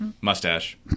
mustache